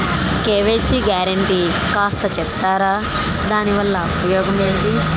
KYC guarantee కాస్త చెప్తారాదాని వల్ల ఉపయోగం ఎంటి?